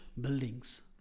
buildings